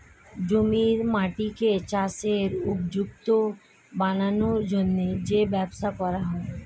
জমির মাটিকে চাষের উপযুক্ত বানানোর জন্যে যে ব্যবস্থা করা হয়